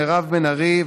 מירב בן ארי,